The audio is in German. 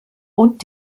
und